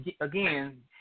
again